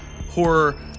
Horror